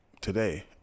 today